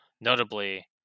notably